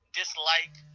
dislike